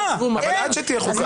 עד שתהיה חוקה.